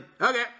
okay